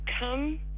come